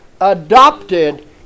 adopted